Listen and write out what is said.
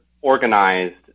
organized